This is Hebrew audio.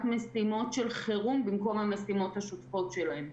משימות של חירום במקום המשימות השוטפות שלהם.